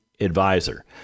advisor